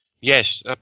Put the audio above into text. Yes